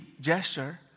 gesture